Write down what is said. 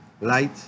Light